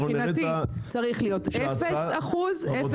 אנחנו נראה ---- מבחינתי צריך להיות אפס שקלים